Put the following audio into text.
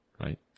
right